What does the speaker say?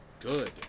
good